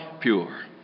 pure